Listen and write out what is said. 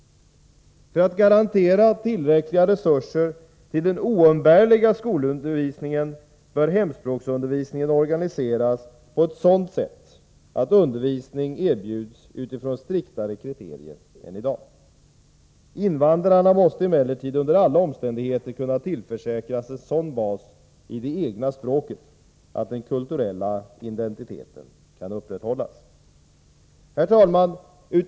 För att garantera tillräckliga resurser till den oumbärliga skolutbildningen bör hemspråksundervisningen organiseras på ett sådant sätt att undervisningen erbjuds utifrån striktare kriterier än i dag. Invandrarna måste emellertid under alla omständigheter kunna tillförsäkras en sådan bas i det egna språket att den kulturella identiteten kan upprätthållas. Herr talman!